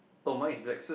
oh my is black suit